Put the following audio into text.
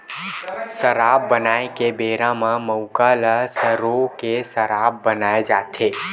सराब बनाए के बेरा म मउहा ल सरो के सराब बनाए जाथे